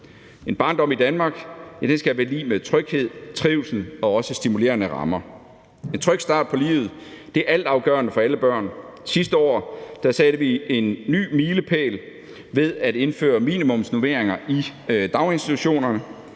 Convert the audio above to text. En barndom i Danmark skal være lig med tryghed, trivsel og også stimulerende rammer. En tryg start på livet er altafgørende for alle børn. Sidste år satte vi en ny milepæl ved at indføre minimumsnormeringer i daginstitutionerne,